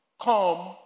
come